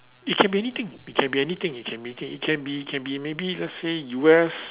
it can be anything it can be anything it can be it can be can be maybe let's say U_S